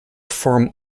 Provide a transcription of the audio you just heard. form